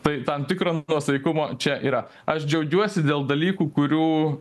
tai tam tikro nuosaikumo čia yra aš džiaugiuosi dėl dalykų kurių